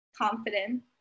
confident